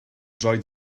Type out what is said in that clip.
droed